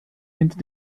hinter